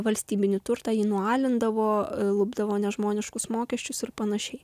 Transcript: valstybinį turtą jį nualindavo lupdavo nežmoniškus mokesčius ir panašiai